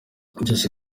byose